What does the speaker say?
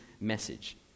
message